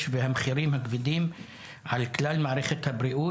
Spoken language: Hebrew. והמחירים הכבדים על כלל מערכת הבריאות",